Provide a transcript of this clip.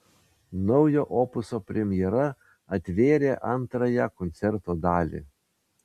naujo opuso premjera atvėrė antrąją koncerto dalį